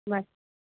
bye